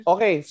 Okay